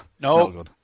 no